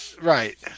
right